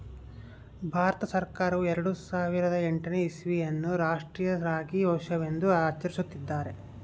ಭಾರತ ಸರ್ಕಾರವು ಎರೆಡು ಸಾವಿರದ ಎಂಟನೇ ಇಸ್ವಿಯನ್ನು ಅನ್ನು ರಾಷ್ಟ್ರೀಯ ರಾಗಿ ವರ್ಷವೆಂದು ಆಚರಿಸುತ್ತಿದ್ದಾರೆ